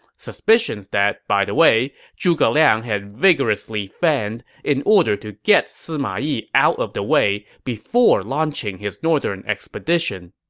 suspicions that, by the way, zhuge liang had vigorously fanned in order to get sima yi out of the way before launching his northern expedition.